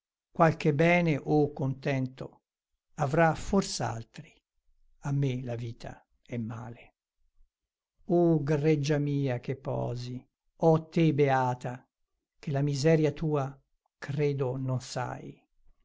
qualche bene o contento avrà fors'altri a me la vita è male o greggia mia che posi oh te beata che la miseria tua credo non sai